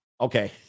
Okay